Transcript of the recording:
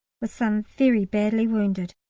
with some very badly wounded,